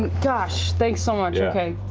gosh, thanks so much, okay.